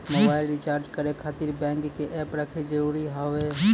Mobile recharge करे खातिर bank के ऐप रखे जरूरी हाव है?